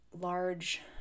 large